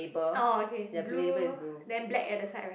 oh okay blue then black at the side right